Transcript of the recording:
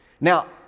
Now